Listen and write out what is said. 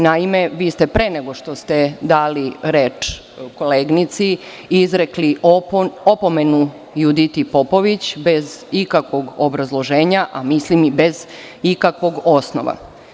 Naime, vi ste pre nego što ste dali reč koleginici, izrekli opomenu Juditi Popović, bez ikakvog objašnjenja, a mislim i bez ikakvog osnova.